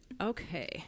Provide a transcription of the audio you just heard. okay